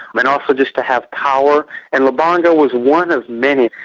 and also just to have power. and lubanga was one of many.